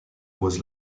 was